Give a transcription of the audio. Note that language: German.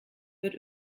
wird